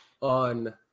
on